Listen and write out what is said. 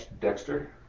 Dexter